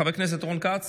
חבר הכנסת רון כץ,